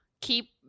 keep